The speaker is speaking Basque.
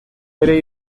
ere